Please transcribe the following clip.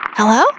Hello